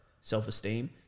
self-esteem